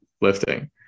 lifting